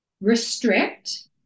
restrict